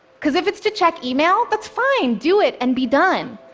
because if it's to check email, that's fine do it and be done.